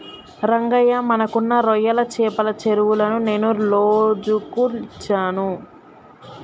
రంగయ్య మనకున్న రొయ్యల చెపల చెరువులను నేను లోజుకు ఇచ్చాను